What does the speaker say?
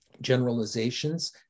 generalizations